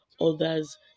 others